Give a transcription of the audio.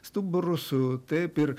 stuburu su taip ir